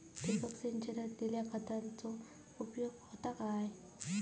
ठिबक सिंचनान दिल्या खतांचो उपयोग होता काय?